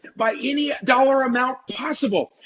by any dollar amount possible.